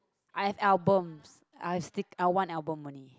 I have albums I have stic~ I have one album only